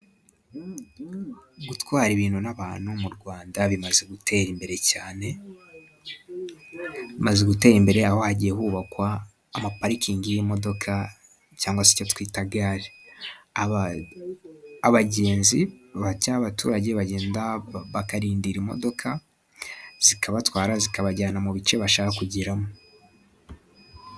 Gutwara ibintu n'abantu mu Rwanda bimaze gutera imbere cyane, maze gutera imbere aho hagiye hubakwa ama parikingi y'imodoka cyangwa se icyo twita gare aba abagenzi cyangwa abaturage bagenda bakarindira imodoka zikabatwara zikabajyana mu bice bashaka kugeramo.